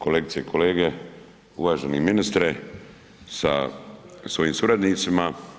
Kolegice i kolege, uvaženi ministre sa svojim suradnicima.